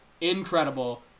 Incredible